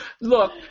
Look